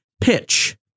pitch